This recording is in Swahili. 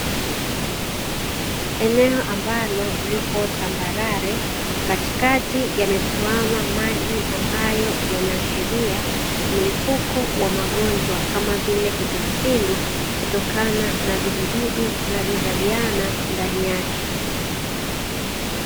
Eneo ambalo liko tambarare katikati yametuama maji ambayo yanaashiria mlipuko wa magonjwa kama vile kipindupindu kutokana na vijidudu vinavyozaliana ndani yake.